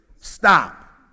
Stop